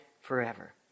forever